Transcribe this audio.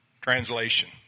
translation